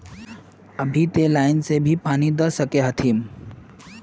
अभी ते लाइन से भी पानी दा सके हथीन?